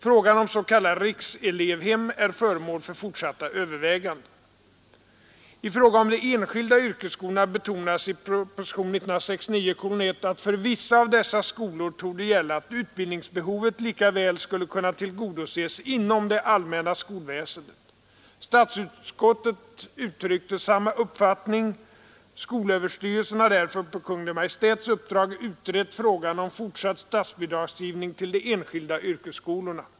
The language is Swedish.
Frågan om s.k. rikselevhem är föremål för fortsatta överväganden. I fråga om de enskilda yrkesskolorna betonades i propositionen 1969:1 att för vissa av dessa skolor torde gälla att utbildningsbehovet lika väl skulle kunna tillgodoses inom det allmänna skolväsendet. Statsutskottet uttryckte samma uppfattning . Skolöverstyrelsen har därför på Kungl. Maj:ts uppdrag utrett frågan om fortsatt statsbidragsgivning till de enskilda yrkesskolorna.